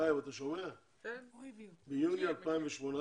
ביולי 2018,